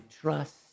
trust